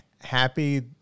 happy